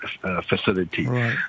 facility